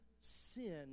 sin